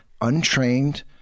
Untrained